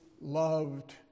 loved